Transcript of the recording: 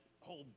whole